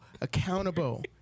accountable